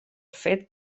fet